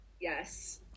yes